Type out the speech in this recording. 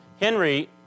Henry